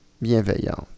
bienveillante